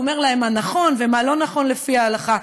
אומר להם מה נכון ומה לא נכון לפי ההלכה,